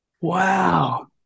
Wow